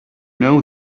know